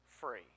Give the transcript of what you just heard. free